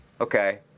Okay